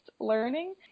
learning